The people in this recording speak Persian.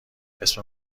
اسم